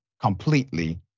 completely